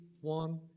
one